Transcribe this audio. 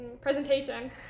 presentation